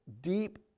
deep